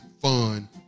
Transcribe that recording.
fun